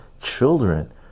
children